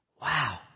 Wow